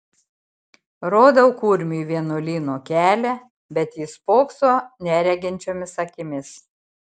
rodau kurmiui vienuolyno kelią bet jis spokso nereginčiomis akimis